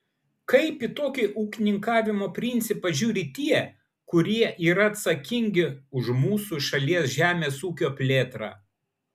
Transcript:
kaip į tokį ūkininkavimo principą žiūri tie kurie yra atsakingi už mūsų šalies žemės ūkio plėtrą